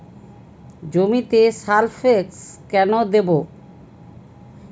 জমিতে সালফেক্স কেন দেবো?